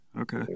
Okay